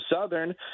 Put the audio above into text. Southern